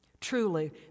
Truly